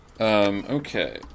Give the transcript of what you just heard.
Okay